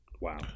Wow